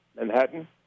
Manhattan